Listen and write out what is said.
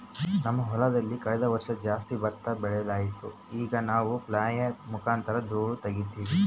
ನಮ್ಮ ಹೊಲದಲ್ಲಿ ಕಳೆದ ವರ್ಷ ಜಾಸ್ತಿ ಭತ್ತದ ಬೆಳೆಯಾಗಿತ್ತು, ಆಗ ನಾವು ಫ್ಲ್ಯಾಯ್ಲ್ ಮುಖಾಂತರ ಧೂಳು ತಗೀತಿವಿ